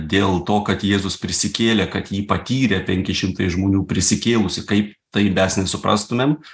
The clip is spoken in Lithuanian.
dėl to kad jėzus prisikėlė kad jį patyrė penki šimtai žmonių prisikėlusį kaip tai mes nesuprastumėm